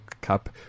Cup